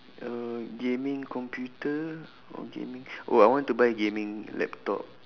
uh gaming computer or gaming oh I want to buy gaming laptop